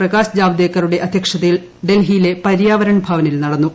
പ്രകാശ് ജാവദേക്കറുടെ അധ്യക്ഷതയിൽ ഡൽഹിയിലെ പര്യാവരൺ ഭവനിൽ നടന്നു